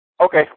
Okay